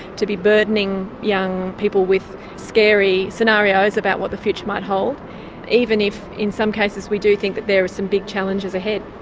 to be burdening young people with scary scenarios about what the future might hold even if in some cases we do think that there are some big challenges ahead.